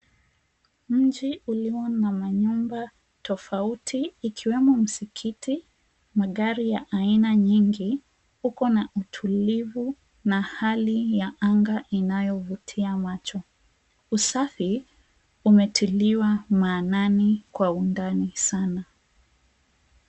Mji ulio na manyumba tofauti ikiwemo msikiti ,magari ya aina nyingi. Uko na utuivu na hali ya anga inayovutia macho. Usafi umetiliwa maanani kwa undani sana.